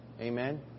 Amen